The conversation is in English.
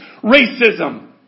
racism